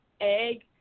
egg